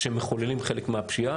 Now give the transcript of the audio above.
שמחוללים חלק מהפשיעה,